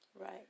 Right